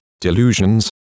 delusions